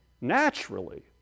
naturally